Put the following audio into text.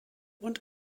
und